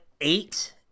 eight